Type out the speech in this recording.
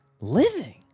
living